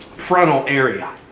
frontal area.